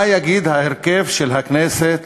מה יגיד ההרכב של הכנסת